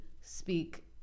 speak